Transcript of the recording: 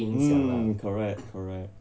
hmm correct correct